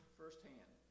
firsthand